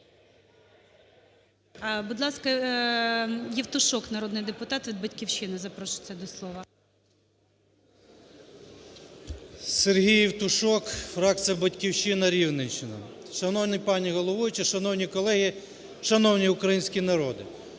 Сергій Євтушок, фракція "Батьківщина", Рівненщина. Шановна пані головуюча, шановні колеги, шановний український народ,